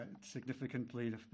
significantly